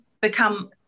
become